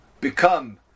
become